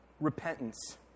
repentance